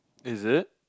is it